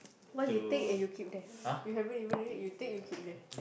what you take and you keep there you haven't even read you take you keep there